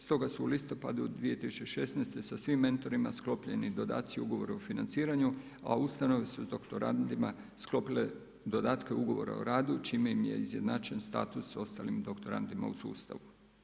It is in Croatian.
Stoga su u listopadu 2016. sa svim mentorima sklopljeni dodaci ugovoru o financiranju, a ustanove su s doktorandima sklopile dodatke ugovora o radu čime im je izjednačen status s ostalim doktorandima u sustavu.